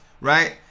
right